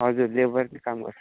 हजुर लेबरकै काम गर्छु